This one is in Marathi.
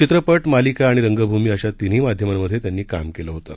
चित्रपट मालिका आणि रंगभूमी अशा तिन्ही माध्यमांमध्ये त्यांनी काम केलं होतं